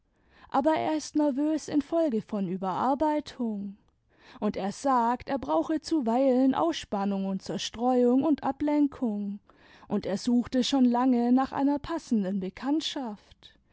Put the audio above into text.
aber er ist nervös infolge von überarbeitung und er sagt er brauche zuweilen ausspannung und zerstreuung und ablenkung und er suchte schon lange nach einer passenden bekanntschaft